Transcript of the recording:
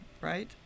right